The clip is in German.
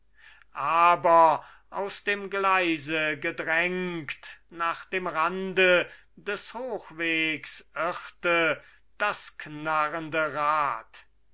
aber aus dem gleise gedrängt nach dem rande des hochwegs irrte das knarrende rad